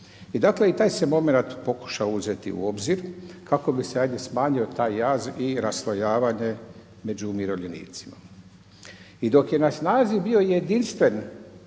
I dakle i taj se moment pokušao uzeti u obzir kako bi se hajde smanjio taj jaz i raslojavanje među umirovljenicima. I dok je na snazi bio jedinstveni